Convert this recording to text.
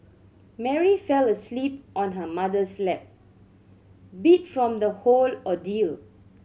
Mary fell asleep on her mother's lap beat from the whole ordeal